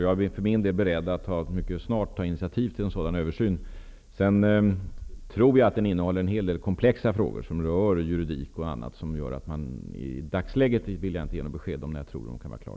Jag är beredd att mycket snart ta initiativ till en sådan översyn. Jag tror att detta innehåller en del komplexa frågor som rör juridik osv., som gör att jag i dagsläget inte vill ge besked om när utredningen kan bli klar.